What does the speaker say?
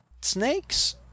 Snakes